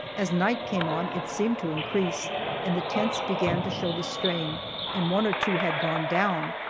as night came on it seemed to increase and the tents began to show the strain and one or two had gone down,